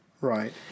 Right